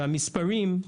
והמספרים,